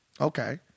Okay